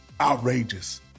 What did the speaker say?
outrageous